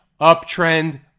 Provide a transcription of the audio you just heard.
uptrend